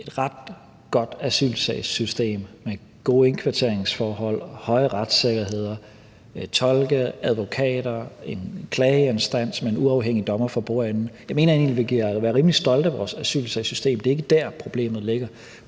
et ret godt asylsagssystem med gode indkvarteringsforhold, høj retssikkerhed, tolke, advokater og en klageinstans med en uafhængig dommer for bordenden. Jeg mener egentlig, at vi kan være rimelig stolte af vores asylsagssystem. Det er ikke der, problemet ligger.